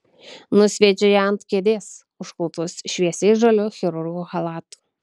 nusviedžia ją ant kėdės užklotos šviesiai žaliu chirurgo chalatu